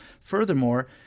Furthermore